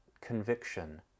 conviction